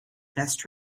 best